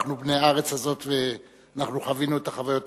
אנחנו בני הארץ הזו וחווינו את החוויות.